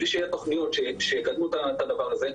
בלי שיהיו תכניות שיקדמו את הדבר הזה,